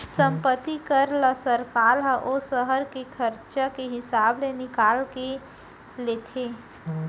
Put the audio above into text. संपत्ति कर ल सरकार ह ओ सहर के खरचा के हिसाब ले निकाल के लेथे